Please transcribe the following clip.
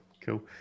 cool